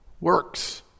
works